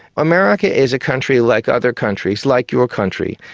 america is a country like other countries, like your country,